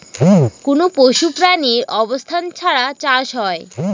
কোনো পশু প্রাণীর অবস্থান ছাড়া চাষ হয়